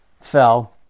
fell